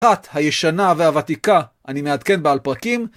הישנה והוותיקה, אני מעדכן בה על פרקים.